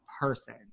person